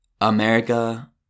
America